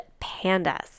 PANDAS